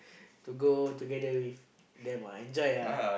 to go together with them right enjoy lah